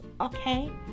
okay